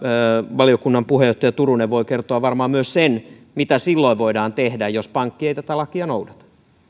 valiokunnan puheenjohtaja turunen voi kertoa varmaan myös sen mitä silloin voidaan tehdä jos pankki ei tätä lakia noudata